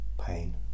pain